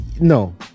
No